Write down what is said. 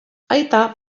aita